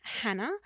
Hannah